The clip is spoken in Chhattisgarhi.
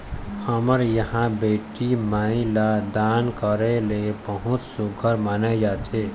हमर इहाँ बेटी माई ल दान करई ल बहुत सुग्घर माने जाथे